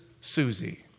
Susie